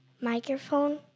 microphone